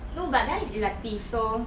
no but that [one] is elective so